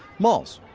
malls.